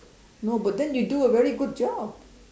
no but then you do a very good job